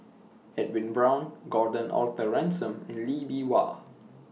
Edwin Brown Gordon Arthur Ransome and Lee Bee Wah